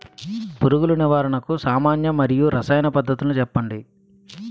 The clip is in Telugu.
పురుగుల నివారణకు సామాన్య మరియు రసాయన పద్దతులను చెప్పండి?